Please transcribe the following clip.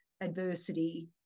adversity